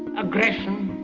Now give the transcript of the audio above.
aggression,